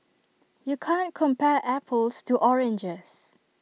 you can't compare apples to oranges